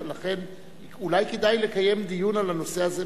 לכן אולי כדאי לקיים דיון על הנושא הזה